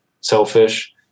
selfish